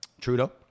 Trudeau